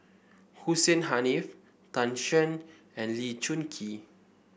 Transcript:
Hussein Haniff Tan Shen and Lee Choon Kee